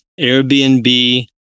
Airbnb